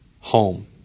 home